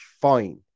fine